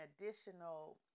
additional